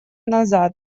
назад